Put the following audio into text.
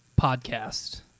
podcast